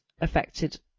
affected